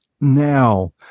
now